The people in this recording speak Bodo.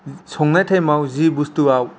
संनाय टाइमाव जि बुस्थुवाव